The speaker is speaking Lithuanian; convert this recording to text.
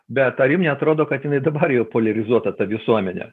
bet ar jum neatrodo kad jinai dabar jau poliarizuota ta visuomenė